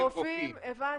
לרופאים, הבנתי.